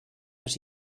but